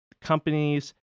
companies